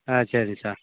ஆ சரிங்க சார்